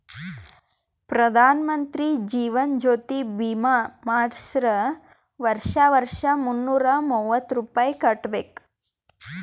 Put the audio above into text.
ಪ್ರಧಾನ್ ಮಂತ್ರಿ ಜೀವನ್ ಜ್ಯೋತಿ ಭೀಮಾ ಮಾಡ್ಸುರ್ ವರ್ಷಾ ವರ್ಷಾ ಮುನ್ನೂರ ಮೂವತ್ತ ರುಪಾಯಿ ಕಟ್ಬಬೇಕ್